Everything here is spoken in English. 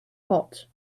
hot